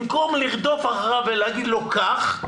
במקום לרדוף אחריו ולהגיד לו קח,